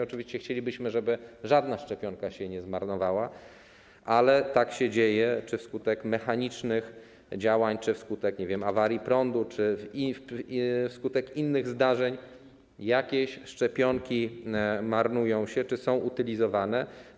Oczywiście chcielibyśmy, żeby żadna szczepionka się nie zmarnowała, ale dzieje się tak, że wskutek mechanicznych działań czy wskutek, nie wiem, awarii prądu, czy wskutek innych zdarzeń jakieś szczepionki się marnują czy są utylizowane.